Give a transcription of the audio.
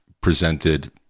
presented